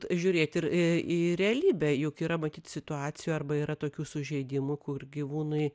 žiūrėt ir į realybę juk yra matyt situacijų arba yra tokių sužeidimų kur gyvūnui